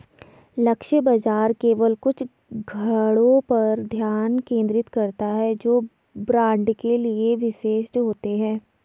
लक्ष्य बाजार केवल कुछ खंडों पर ध्यान केंद्रित करता है जो ब्रांड के लिए विशिष्ट होते हैं